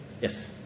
Yes